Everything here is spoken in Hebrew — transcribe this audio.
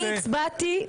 אני הצבעתי,